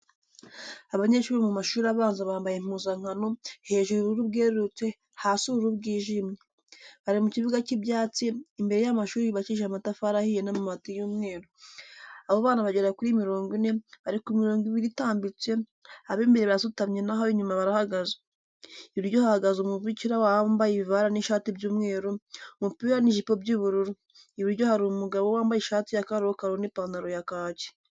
Abanyeshuri bo mu mashuri abanza bambaye impuzankano, hejuru ubururu bwerurutse, hasi ubururu bwijimye. Bari mu kibuga cy'ibyatsi, imbere y'amashuri yubakishije amatafari ahiye n'amabati y'umweru. Abo bana bagera kuri mirongo ine, bari ku mirongo ibiri itambitse, ab'imbere barasutamye naho ab'inyuma barahagaze. Iburyo hahagaze umubikira wambye ivara n'ishati by'umweru, umupira n'ijipo by'ubururu, iburyo hari umugabo wambaye ishati ya karokaro n'ipantaro ya kaki.